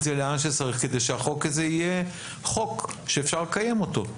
זה לאן שצריך כדי שהחוק הזה יהיה חוק שאפשר לקיים אותו.